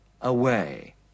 away